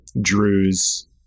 Drew's